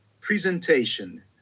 presentation